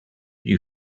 you